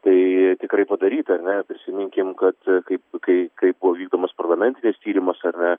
tai tikrai padaryta ar ne prisiminkim kad kaip kai kai buvo vykdomas parlamentinis tyrimas ar ne